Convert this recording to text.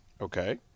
Okay